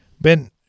Ben